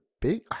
big